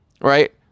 Right